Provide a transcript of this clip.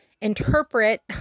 interpret